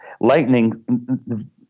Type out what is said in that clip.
lightning